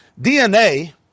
DNA